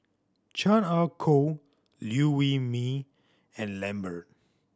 Chan Ah Kow Liew Wee Mee and Lambert